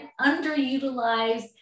underutilized